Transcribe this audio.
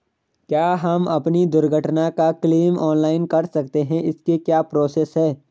क्या हम अपनी दुर्घटना का क्लेम ऑनलाइन कर सकते हैं इसकी क्या प्रोसेस है?